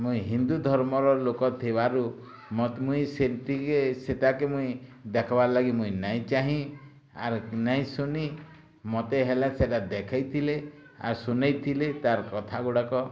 ମୁଇଁ ହିନ୍ଦୁ ଧର୍ମର ଲୋକ ଥିବାରୁ ମୋତେ ମୁଇଁ ସେମତି କେ ସୀତା କେ ମୁଇଁ ଦେଖବାର ଲାଗି ମୁଇଁ ନାଇଁ ଚାହିଁ ଆର ନେଇଁ ସୁନି ମୋତେ ହେଲେ ସେଇଟା ଦେଖାଇଥିଲେ ଆର ସୁନାଇଥିଲେ ତା'ର ପ୍ରଥା ଗୁଡ଼ାକ